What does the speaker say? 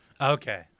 Okay